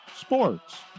sports